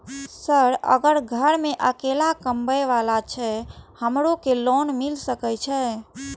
Sir अगर घर में अकेला कमबे वाला छे हमरो के लोन मिल सके छे?